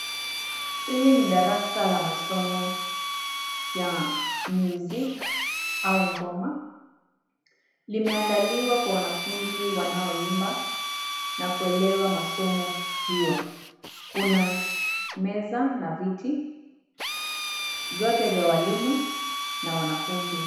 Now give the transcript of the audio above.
Hili ni darasa la masomo ya music au ngoma. Limeandaliwa kwa wanafunzi wanaoimba na kuelewa masomo hiyo. Kuna meza na viti vyote vya walimu na wanafunzi.